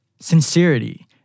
sincerity